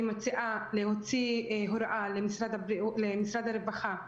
אני מציעה להוציא הוראה למשרד הרווחה,